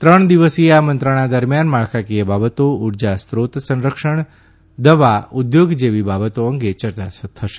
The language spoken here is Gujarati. ત્રણ દિવસીય આ મંત્રણા દરમિયાન માળખાંકીય બાબતો ઉર્જા ોત સંરક્ષણ દવા ઉદ્યોગ જેવી બાબતો અંગે ચર્ચા થશે